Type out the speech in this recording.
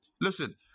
Listen